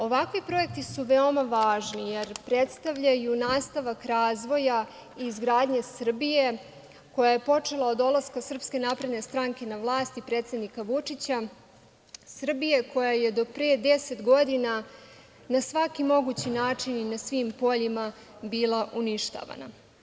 Ovakvi projekti su veoma važni, jer predstavljaju nastavak razvoja i izgradnje Srbije, koja je počela od dolaska SNS na vlast i predsednika Vučića, Srbije koja je do pre 10 godina na svaki mogući način i na svim poljima bila uništavana.